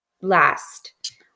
last